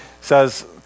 says